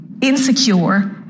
insecure